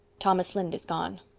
thomas lynde is gone.